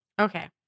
Okay